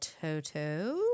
Toto